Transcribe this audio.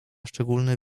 szczególny